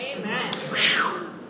Amen